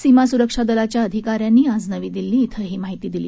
सीमा सुरक्षा दलाच्या अधिकाऱ्यांनी आज नवी दिल्ली धिं ही माहिती दिली